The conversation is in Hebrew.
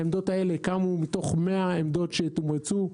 העמדות האלה קמו מתוך 100 עמדות שתומרצו.